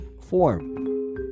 form